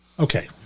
Okay